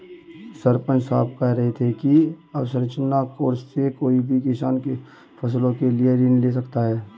सरपंच साहब कह रहे थे कि अवसंरचना कोर्स से कोई भी किसान फसलों के लिए ऋण ले सकता है